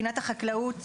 פינת החקלאות,